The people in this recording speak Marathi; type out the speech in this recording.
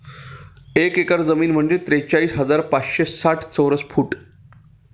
एक एकर जमीन म्हणजे त्रेचाळीस हजार पाचशे साठ चौरस फूट